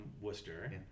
Worcester